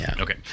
Okay